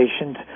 patient